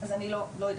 אז אני לא יודעת,